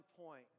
point